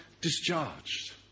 discharged